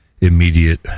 immediate